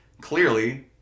clearly